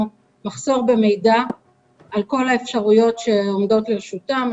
מחסור במידע על כל האפשרויות שעומדות לרשותם.